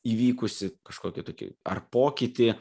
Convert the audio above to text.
įvykusi kažkokį tokį ar pokytį